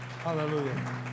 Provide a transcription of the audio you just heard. Hallelujah